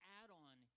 add-on